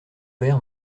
vert